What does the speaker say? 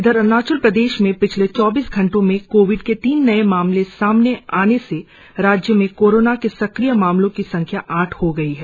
इधर अरुणाचल प्रदेश में पिछले चौबीस घंटों में कोविड के तीन नए मामले सामने आने से राज्य में कोरोना के सक्रिय मामलों की संख्या आठ हो गई है